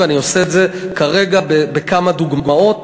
ואני כרגע עושה את זה בכמה דוגמאות.